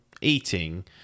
eating